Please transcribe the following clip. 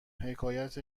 حکایت